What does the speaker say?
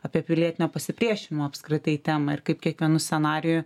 apie pilietinio pasipriešinimo apskritai temą ir kaip kiekvienu scenariju